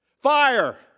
Fire